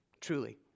Truly